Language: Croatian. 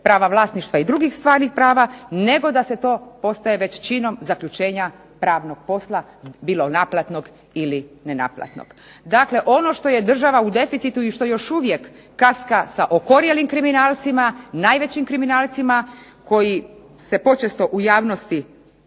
prava vlasništva i drugih stvarnih prava, nego da se to postaje već činom zaključenja pravnog posla, bilo naplatno ili nenaplatnog. Dakle, ono što je država u deficitu i što još uvijek kaska sa okorjelim kriminalcima, najvećim kriminalcima koji se počesto u javnosti